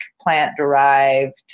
plant-derived